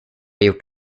gjort